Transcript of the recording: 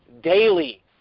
daily